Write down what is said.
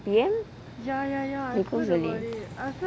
P_M they close early